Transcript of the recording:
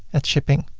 at shipping,